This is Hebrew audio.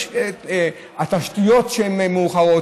התשתיות שהן מאוחרות,